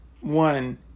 one